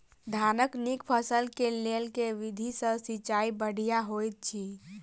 धानक नीक फसल केँ लेल केँ विधि सँ सिंचाई बढ़िया होइत अछि?